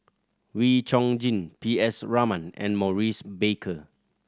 Wee Chong Jin P S Raman and Maurice Baker